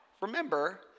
Remember